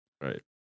Right